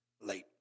late